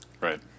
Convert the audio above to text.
Right